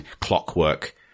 clockwork